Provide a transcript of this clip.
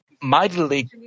mightily